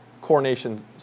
coronation